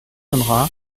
viendra